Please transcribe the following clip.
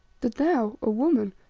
that thou, a woman,